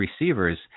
receivers